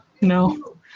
No